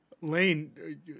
Lane